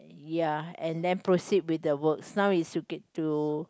ya and then proceed with the works now is to get to